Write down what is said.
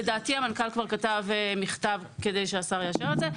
לדעתי המנכ"ל כבר כתב מכתב כדי שהשר יאשר את זה,